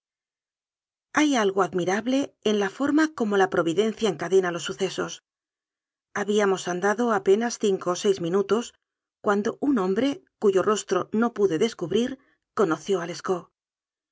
hay algo admirable en la forma como la pro videncia encadena los sucesos habíamos andado apenas cinco o seis minutos cuando un hombre cuyo rostro no pude descubrir conoció a